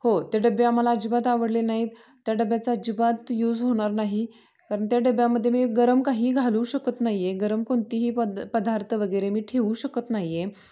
हो ते डबे आम्हाला अजिबात आवडलेले नाहीत त्या डब्याचं अजिबात यूज होणार नाही कारण त्या डब्यामध्ये मी गरम काहीही घालू शकत नाही आहे गरम कोणतीही पद् पदार्थ वगैरे मी ठेवू शकत नाही आहे